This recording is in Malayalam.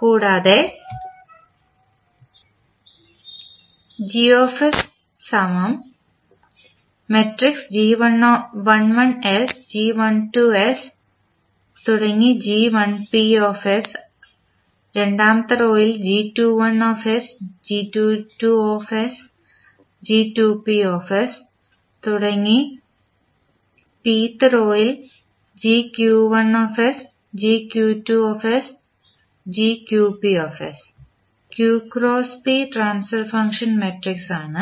കൂടാതെ q × p transfer function matrix ആണ്